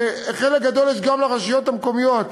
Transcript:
וחלק גדול יש גם לרשויות המקומיות,